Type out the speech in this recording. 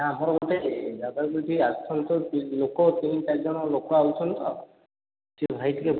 ଆମର ଗୋଟେ ଯାଗାରୁ ଟିକେ ଆସୁଛନ୍ତି ତ ତି ଲୋକ ତିନି ଚାରିଜଣ ଲୋକ ଆସୁଛନ୍ତି ତ ସେ ଭାଇ ଟିକେ